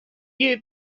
you